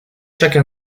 chaque